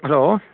hello